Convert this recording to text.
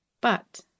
But